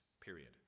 period